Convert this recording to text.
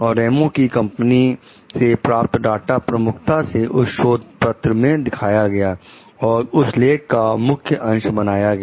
और रेमो की कंपनी से प्राप्त डाटा प्रमुखता से उस शोध पत्र में दिखाया गया और उस लेख का मुख्य अंश बनाया गया